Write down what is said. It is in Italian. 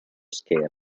schermo